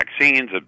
vaccines